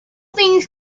things